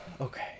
Okay